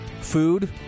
food